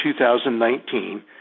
2019